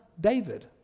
David